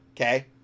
okay